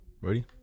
ready